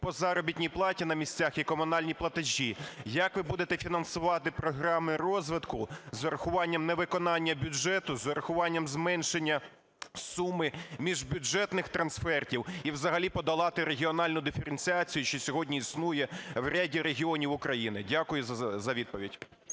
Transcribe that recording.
по заробітній платі на місцях і комунальні платежі. Як ви будете фінансувати програми розвитку з урахуванням невиконання бюджету, з урахуванням зменшення суми міжбюджетних трансфертів і взагалі подолати регіональну диференціацію, що сьогодні існує в ряді регіонів України? Дякую за відповідь.